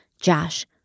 Josh